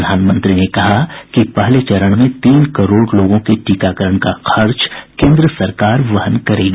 प्रधानमंत्री ने कहा कि पहले चरण में तीन करोड़ लोगों के टीकाकरण का खर्च केंद्र सरकार वहन करेगी